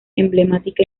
emblemática